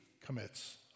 commits